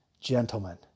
Gentlemen